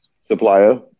supplier